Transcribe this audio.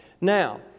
Now